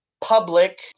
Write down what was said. Public